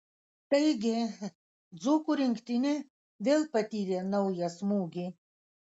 taigi dzūkų rinktinė vėl patyrė naują smūgį